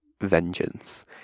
vengeance